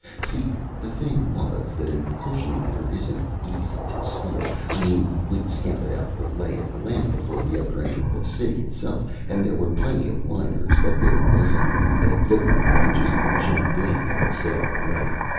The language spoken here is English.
see, the thing was that an ocean liner isn't easy to steal. i mean we'd scouted out the lay of the land before we ever entered the city itself, and there were plenty of liners, but there wasn't one that looked like we could just jump in and sail it away.